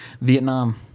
Vietnam